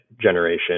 generation